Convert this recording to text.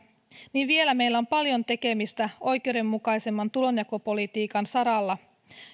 niin vielä meillä on paljon tekemistä oikeudenmukaisemman tulonjakopolitiikan saralla